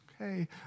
okay